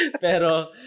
Pero